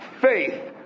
faith